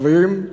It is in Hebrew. חברים,